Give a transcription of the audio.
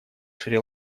шри